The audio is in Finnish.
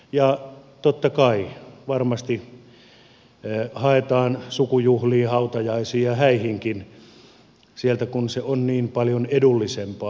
ja totta kai varmasti haetaan sukujuhliin hautajaisiin ja häihinkin sieltä kun se on niin paljon edullisempaa